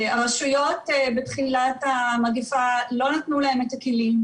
הרשויות בתחילת המגפה, לא נתנו להן את הכלים,